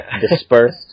dispersed